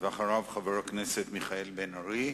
ואחריו, חבר הכנסת מיכאל בן-ארי.